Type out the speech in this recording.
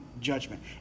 judgment